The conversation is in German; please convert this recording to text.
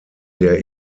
der